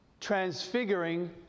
transfiguring